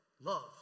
love